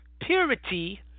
purity